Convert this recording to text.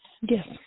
Yes